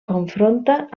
confronta